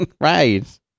Right